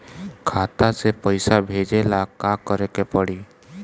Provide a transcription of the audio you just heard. खाता से पैसा भेजे ला का करे के पड़ी?